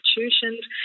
Institutions